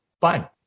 fine